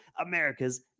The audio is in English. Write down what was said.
America's